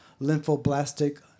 lymphoblastic